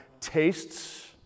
tastes